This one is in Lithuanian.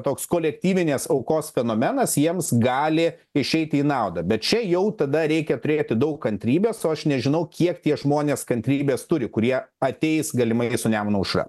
toks kolektyvinės aukos fenomenas jiems gali išeiti į naudą bet čia jau tada reikia turėti daug kantrybės o aš nežinau kiek tie žmonės kantrybės turi kurie ateis galimai su nemuno aušra